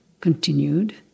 Continued